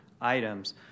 items